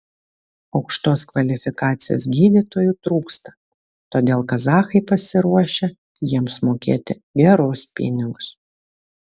aukštos kvalifikacijos gydytojų trūksta todėl kazachai pasiruošę jiems mokėti gerus pinigus